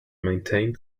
maintained